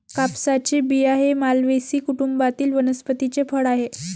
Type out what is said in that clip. कापसाचे बिया हे मालवेसी कुटुंबातील वनस्पतीचे फळ आहे